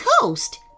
Coast